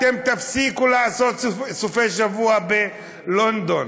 אתם תפסיקו לעשות סופי שבוע בלונדון.